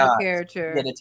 character